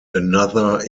another